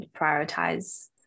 prioritize